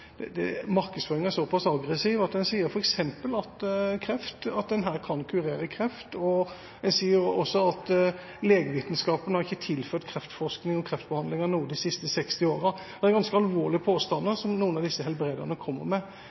er såpass aggressiv at en f.eks. sier at en kan kurere kreft. En sier også at legevitenskapen ikke har tilført kreftforskningen og kreftbehandlingen noe de siste 60 årene. Det er ganske alvorlige påstander noen av disse helbrederne kommer med.